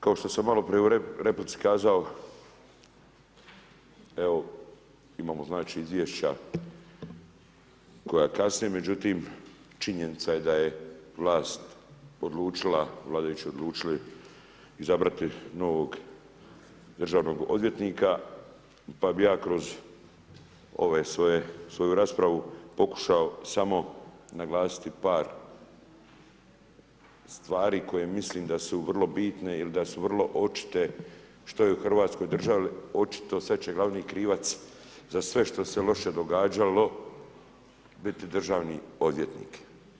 Kao što sam maloprije u replici kazao, evo imamo znači izvješća koja kasne međutim činjenica je da je vlast odlučila, vladajući odlučili izabrati novog državnog odvjetnika pa bi ja kroz ovu svoju raspravu pokušao samo naglasiti par stvari koje mislim da su vrlo bitne ili da su vrlo očite što je u hrvatskoj državi očito, sad će glavni krivac za sve što se loše događalo biti državni odvjetnik.